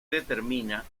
determina